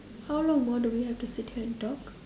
how long more do we have to sit here and talk